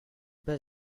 pas